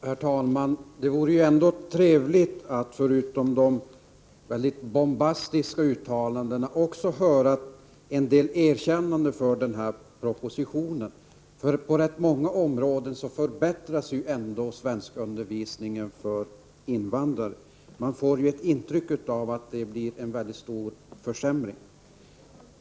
Herr talman! Det vore trevligt att förutom de väldigt bombastiska uttalandena också få höra en del erkännanden om den här propositionen. På rätt många områden förbättras nämligen svenskundervisningen för invandrare. När man lyssnar på Sivert Andersson får man ett intryck av att det blir en mycket stor försämring.